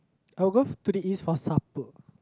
I will go to the east for supper